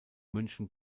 münchen